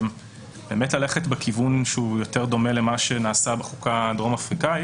ללכת בכיוון שהוא יותר דומה למה שנעשה בחוקה הדרום אפריקאית,